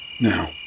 Now